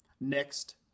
next